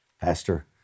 Pastor